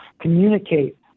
communicate